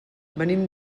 venim